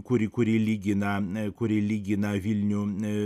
kuri kuri lygi na e kuri lygi na vilnių ee